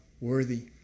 worthy